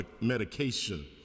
medication